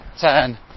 turn